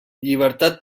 llibertat